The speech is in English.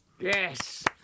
Yes